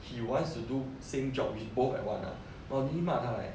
he wants to do same job with both at once !wah! he 骂他 leh